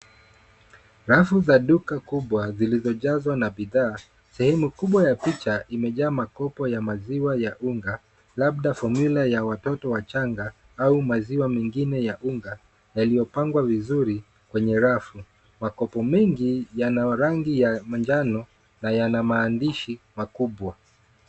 Rafu za duka kubwa zilizojazwa na bidhaa. Sehemu kubwa ya picha imejaa makopo ya maziwa ya unga labda fomula ya watoto wachanga au maziwa mengine ya unga yaliopangwa vizuri kwenye rafu. Makopo mengi yana rangi ya manjano na yana maandishi makubwa.